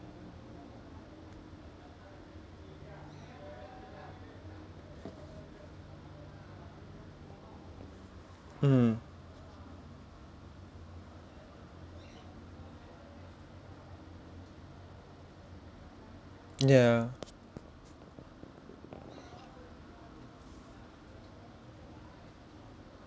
mm ya